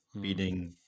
beating